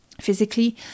physically